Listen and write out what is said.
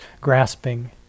grasping